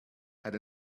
had